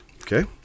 Okay